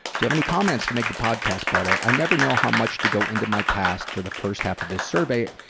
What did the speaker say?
you have any comments to make the podcast better? i never know how much to go into my past for the first half of this survey,